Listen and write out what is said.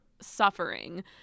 suffering